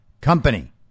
company